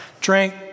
Drink